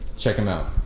check him out.